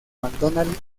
mcdonald